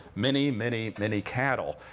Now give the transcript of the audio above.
many, many, many cattle.